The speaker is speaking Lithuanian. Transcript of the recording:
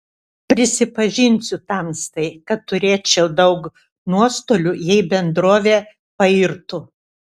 prisipažinsiu tamstai kad turėčiau daug nuostolių jei bendrovė pairtų